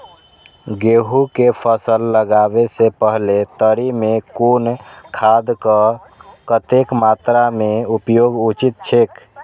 गेहूं के फसल लगाबे से पेहले तरी में कुन खादक कतेक मात्रा में उपयोग उचित छेक?